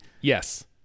Yes